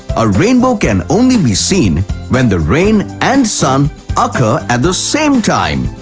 a rainbow can only be seen when the rain and sun occur at the same time.